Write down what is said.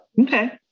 okay